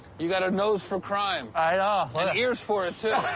you got a nose for crime. i ah know. and ears for it too.